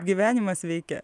gyvenimas veikia